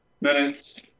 minutes